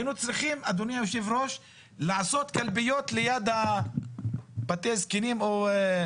היינו צריכים לעשות קלפיות ליד בתי אבות.